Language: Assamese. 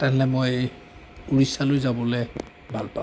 তেনেহ'লে মই উৰিষ্যালৈ যাবলৈ ভাল পাম